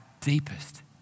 deepest